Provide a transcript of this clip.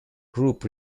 group